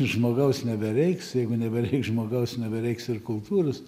žmogaus nebereiks jeigu nebereiks žmogaus nebereiks ir kultūros